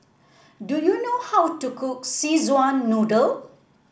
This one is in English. do you know how to cook Szechuan Noodle